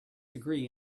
degree